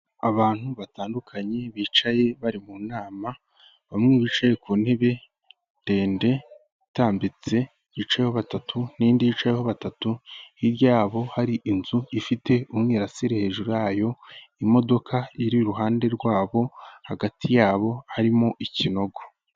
Abantu batandukanye bicaye bari mu nama, bamwe bicaye ku ntebe ndende itambitse yicayeho batatu n'indi yicayeho batatu, hirya yabo hari inzu ifite umwirasire hejuru yayo, imodoka iri iruhande rwabo, hagati yabo harimo ikinogo.